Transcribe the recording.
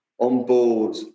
onboard